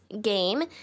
game